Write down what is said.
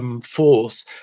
Force